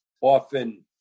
often